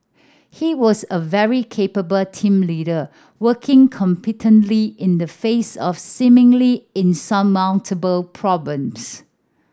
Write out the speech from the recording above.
he was a very capable team leader working competently in the face of seemingly insurmountable